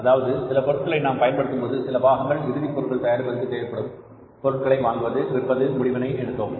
அதாவது சில பொருள்களை நாம் பயன்படுத்தும்போது சில பாகங்கள் இறுதி பொருள் தயாரிப்பதற்கு தேவைப்படும் பொருட்களை வாங்குவது விற்பது முடிவினை எடுத்தோம்